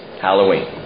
Halloween